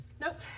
Nope